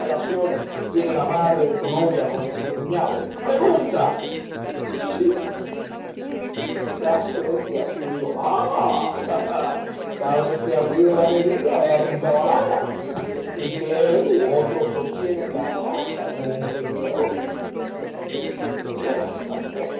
tiene la madre de tu novia con su cuñado pregunta sí ya sé que ha sido ah sabes que ha sido la querida de arrizabalaga y que él u otro sostienen la casa en montevideo y te quedas tan